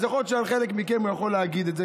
אז יכול להיות שלחלק מכם הוא יכול להגיד את זה,